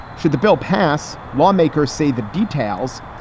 should the bill pass? lawmakers say the details,